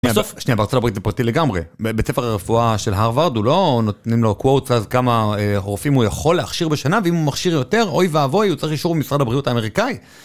שנייה בארצות הברית זה פרטי לגמרי, בבית ספר לרפואה של הרווארד הוא לא נותנים לו quotes אז כמה רופאים הוא יכול להכשיר בשנה ואם הוא מכשיר יותר אוי ואבוי הוא צריך אישור ממשרד הבריאות האמריקאי.